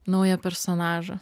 naują personažą